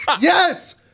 Yes